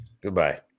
Goodbye